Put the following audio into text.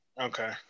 Okay